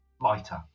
lighter